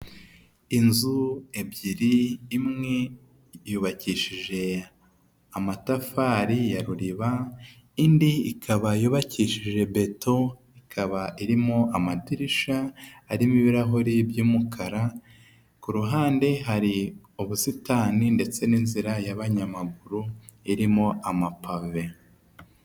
Inzu ebyiri, imwe yubakishije amatafari ya ruriba, indi ikaba yubakishije beto, ikaba irimo amadirishya arimo ibirahuri by'umukara, ku ruhande hari ubusitani ndetse n'inzira y'abanyamaguru irimo amapave.